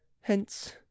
hence